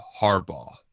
Harbaugh